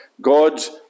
God's